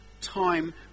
Time